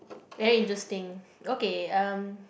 very interesting okay uh